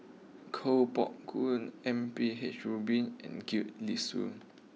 Koh Poh Koon M P H Rubin and Gwee Li Sui